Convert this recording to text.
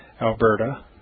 Alberta